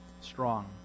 strong